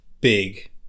big